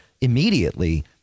immediately